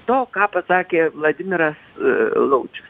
to ką pasakė vladimiras laučius